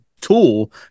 tool